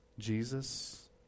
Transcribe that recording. Jesus